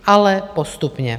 Ale postupně.